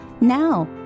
now